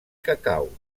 cacau